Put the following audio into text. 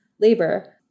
labor